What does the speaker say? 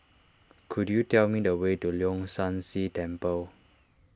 could you tell me the way to Leong San See Temple